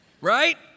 Right